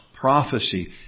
prophecy